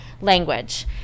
language